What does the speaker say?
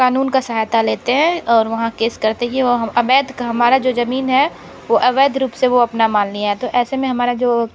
कानून का सहायता लेते हैं और वहाँ केस करते ही वो अवैध हमारा जो जमीन है वो अवैध रूप से वो अपना मान लिया है तो ऐसे में हमारा जो